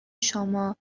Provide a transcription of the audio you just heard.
شما